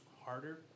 harder